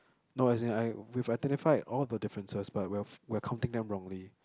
no as in I we've identified all the differences but we're f~ we're counting them wrongly